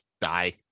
Die